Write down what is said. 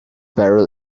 barrel